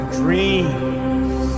dreams